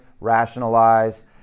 rationalize